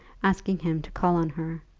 asking him to call on her.